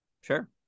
Sure